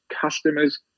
customers